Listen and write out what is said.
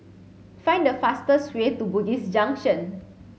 find the fastest way to Bugis Junction